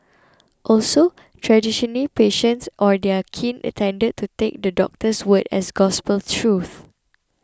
also traditionally patients or their kin attended to take the doctor's word as gospel truth